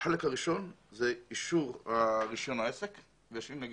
החלק הראשון זה אישור רישיון העסק והשני זה נושא